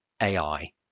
AI